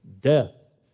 death